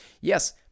Yes